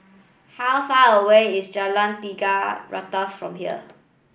how far away is Jalan Tiga Ratus from here